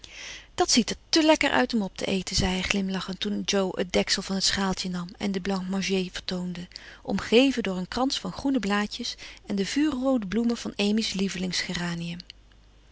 dat ziet er te lekker uit om op te eten zei hij glimlachend toen jo het deksel van het schaaltje nam en den blanc manger vertoonde omgeven door een krans van groene blaadjes en de vuurroode bloemen van